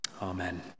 Amen